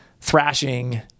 thrashing